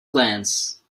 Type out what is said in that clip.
glance